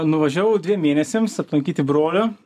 nuvažiavau dviem mėnesiams aplankyti brolio